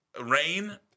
rain